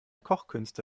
kochkünste